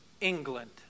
England